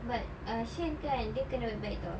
but ah Shein kan dia kena baik-baik [tau]